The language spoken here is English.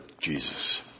Jesus